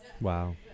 Wow